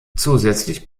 zusätzlich